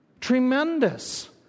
Tremendous